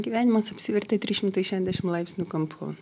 gyvenimas apsivertė trys šimtai šešiasdešim laipsnių kampu